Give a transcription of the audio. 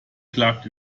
klagt